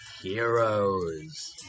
heroes